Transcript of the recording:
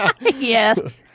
Yes